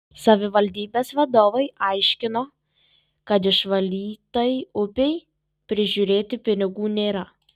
savivaldybės vadovai aiškino kad išvalytai upei prižiūrėti pinigų nėra